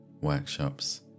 workshops